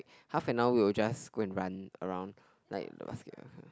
half an hour we''ll just go and run around like